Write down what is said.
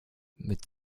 mit